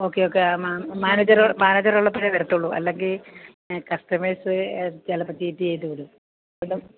okay okay ആ manager മാനേജറുള്ളപ്പോഴേ വരത്തുള്ളു അല്ലെങ്കില് കസ്റ്റമേഴ്സ് ചിലപ്പോള് ചീറ്റെയ്തുവിടും അപ്പോള്